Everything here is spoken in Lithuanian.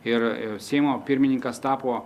ir seimo pirmininkas tapo